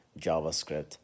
JavaScript